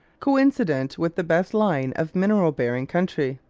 coincident with the best line of mineral-bearing country.